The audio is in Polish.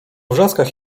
wrzaskach